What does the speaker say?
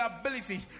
ability